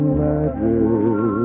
magic